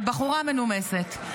מאוד מנומסת.